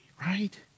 right